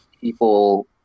people –